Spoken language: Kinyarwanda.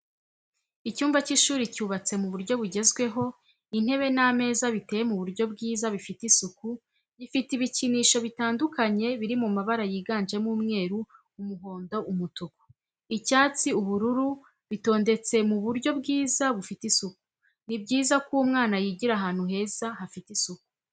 Icyumba cy'ishuri cyubatse mu buryo bugezweho intebe n'ameza biteye mu buryo bwiza bifite isuku, gifite ibikinisho bitandukanye biri mabara yiganjemo umweru, umuhondo, umutuku. icyatsi ubururu bitondetse mu buryo bwiza bufite isuku. ni byiza ko umwana yigira ahantu heza hafite isuku.